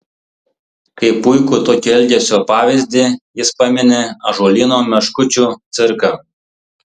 kaip puikų tokio elgesio pavyzdį jis pamini ąžuolyno meškučių cirką